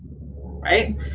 right